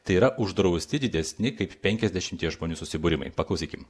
tai yra uždrausti didesni kaip penkiasdešimties žmonių susibūrimai paklausykim